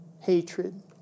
hatred